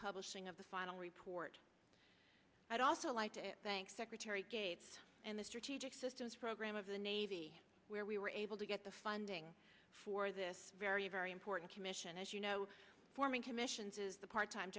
publishing of the final report i'd also like to thank secretary gates and the strategic systems program of the navy where we were able to get the funding for this very very important commission as you know forming commissions is the part time